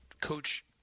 Coach